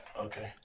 Okay